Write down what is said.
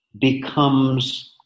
becomes